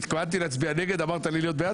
הישיבה ננעלה בשעה 13:55.